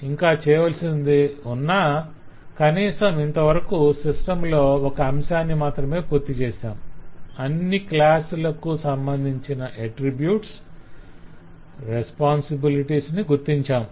ఇంకా చేయవలసినది ఉన్నా కనీసం ఇంతవరకు సిస్టం లో ఒక అంశాన్ని మాత్రం పూర్తిచేశాము అన్ని క్లాసెస్ లకు సంబంధించిన అట్రిబ్యూట్స్ బాధ్యతలు గుర్తించాం